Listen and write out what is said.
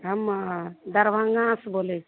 हम दरभङ्गा से बोलै छी